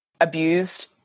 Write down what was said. abused